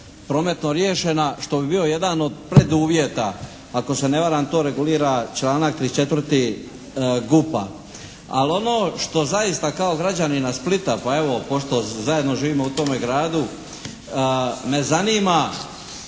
prometno riješena što bi bio jedan od preduvjeta. Ako se ne varam, to regulira članak 34. GUP-a. Ali ono što zaista kao građanina Splita, pa evo pošto zajedno živimo u tome gradu, me zanima